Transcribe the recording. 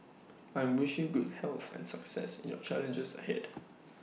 I wish you good health and success in your challenges ahead